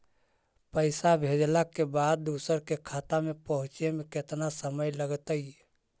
पैसा भेजला के बाद दुसर के खाता में पहुँचे में केतना समय लगतइ?